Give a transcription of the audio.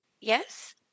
yes